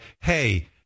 Hey